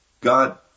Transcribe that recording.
God